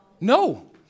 No